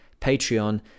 Patreon